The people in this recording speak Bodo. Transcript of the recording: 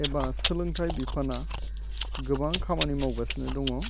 एबा सोलोंथाइ बिफाना गोबां खामानि मावगासिनो दङ